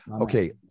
okay